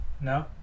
No